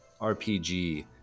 rpg